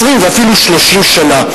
20 ואפילו 30 שנה.